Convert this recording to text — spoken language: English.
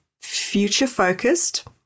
future-focused